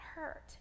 hurt